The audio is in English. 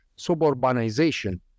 suburbanization